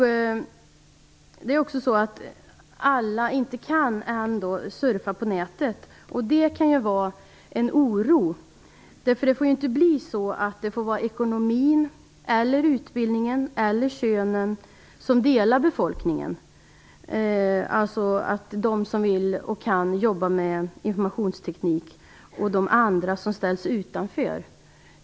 Alla kan emellertid ännu inte surfa på nätet, vilket kan innebära en oro. Det får ju inte vara ekonomin, utbildningen eller könet som delar befolkningen när det gäller vilka som vill och kan jobba med informationsteknik och vilka som ställs utanför.